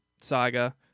saga